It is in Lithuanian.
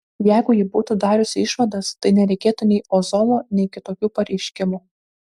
jeigu ji būtų dariusi išvadas tai nereikėtų nei ozolo nei kitokių pareiškimų